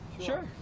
Sure